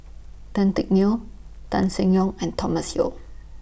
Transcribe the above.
Tan Teck Neo Tan Seng Yong and Thomas Yeo